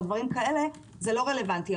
ואז זה לא רלוונטי.